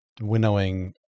winnowing